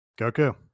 goku